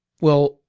well,